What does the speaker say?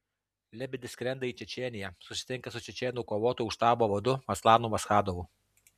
lebedis skrenda į čečėniją susitinka su čečėnų kovotojų štabo vadu aslanu maschadovu